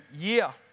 year